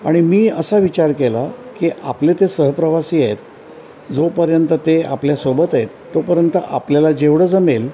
आणि मी असा विचार केला की आपले ते सहप्रवासी आहेत जोपर्यंत ते आपल्यासोबतएत तोपर्यंत आपल्याला जेवढं जमेल